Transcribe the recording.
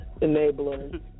Enablers